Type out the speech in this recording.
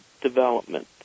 development